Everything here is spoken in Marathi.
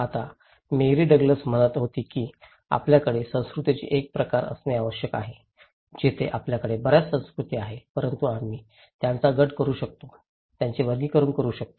आता मेरी डग्लस म्हणत होती की आपल्याकडे संस्कृतींचे एक प्रकार असणे आवश्यक आहे तेथे आपल्याकडे बर्याच संस्कृती आहेत परंतु आम्ही त्यांचा गट करू शकतो त्यांचे वर्गीकरण करू शकतो